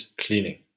cleaning